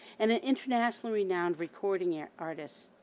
and an internationally renowned recording yeah artist.